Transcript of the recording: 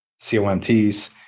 COMTs